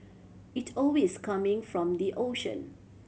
it always coming from the ocean